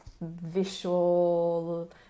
visual